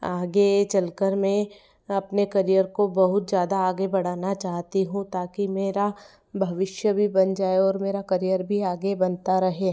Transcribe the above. आगे चलकर मैं अपने करियर को बहुत ज़्यादा आगे बढ़ाना चाहती हूँ ताकि मेरा भविष्य भी बन जाए और मेरा करियर भी आगे बनता रहे